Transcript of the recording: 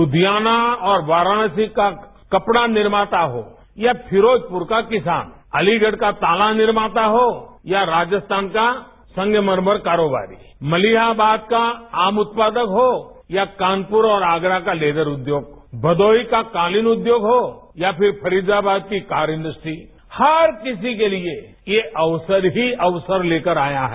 लुषियाना और वाराणसी का कपड़ा निर्माता हो या फिरोजपुर का किसान अलीगढ़ का ताला निर्मोता हो या राजस्थान का संगमरमर कारोबार मलियाबाद का आम उत्पादक हो या कानपुर और आगरा का तेजर उद्योग भदौही का कालीन उद्योग हो या फिर फरीदाबाद की कार इंडस्ट्री हर किसी के लिए ये अवसर ही अवसर लेकर आया है